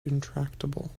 intractable